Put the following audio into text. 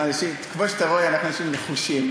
כמו שאתה רואה, אנחנו אנשים נחושים,